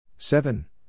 Seven